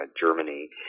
Germany